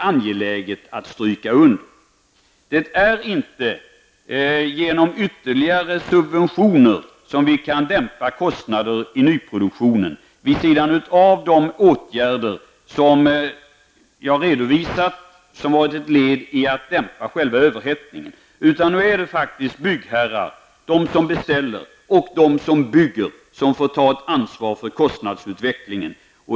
Vi kan inte genom ytterligare subventioner dämpa kostnader i nyproduktionen, vid sidan av de åtgärder som jag redovisat och som varit ett led i att dämpa själva överhettningen. Nu är det faktiskt byggherrar, de som beställer och bygger, som får ta ansvar för kostnadsutvecklingen.